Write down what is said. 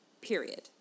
period